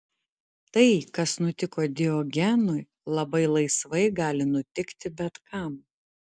tai kas nutiko diogenui labai laisvai gali nutikti bet kam